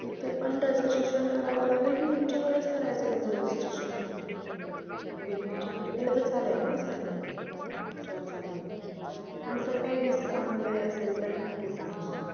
तिथे पण रजिस्ट्रेशन करावा लागेल की तुमच्याकडेच करायचं आहे त्याचं रजिस्ट्रेशन पण ओके तुमच्याकडे केलं तर चालेल ना सर ओके सर चालेल चालेल आणि सर काही डिस्काऊंट वगैरे असेल तर नक्की सांगशाल